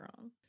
wrong